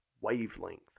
wavelength